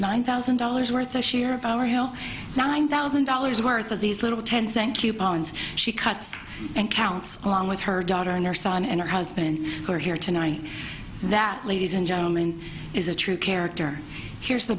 nine thousand dollars worth of share of our real nine thousand dollars worth of these little ten cent coupons she cuts and counts along with her daughter and her son and her husband who are here tonight that ladies and gentlemen is a true character here's the